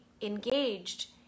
engaged